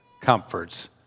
comforts